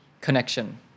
connection